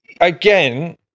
again